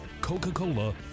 Coca-Cola